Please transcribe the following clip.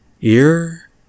Ear